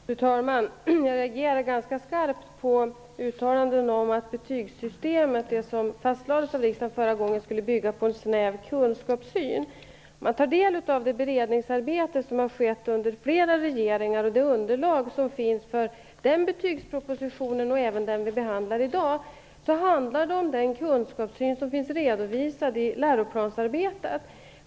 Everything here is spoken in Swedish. Fru talman! Jag reagerar ganska starkt på uttalandet om att det betygssystem som fastlades av riksdagen förra gången skulle bygga på en snäv kunskapssyn. Om man tar del av det beredningsarbete som har skett under flera regeringar och det underlag som finns för den förra betygspropositionen och även den vi behandlar i dag, kan man konstatera att de handlar om den kunskapssyn som finns redovisad i läroplansarbetet.